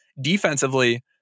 defensively